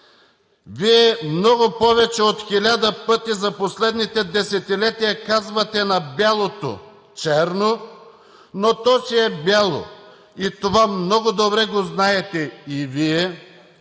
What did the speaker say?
Вие много повече от хиляда пъти за последните десетилетия казвате на бялото – черно, но то си е бяло и това много добре го знаете и Вие,